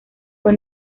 fue